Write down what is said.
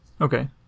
Okay